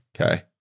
okay